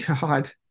God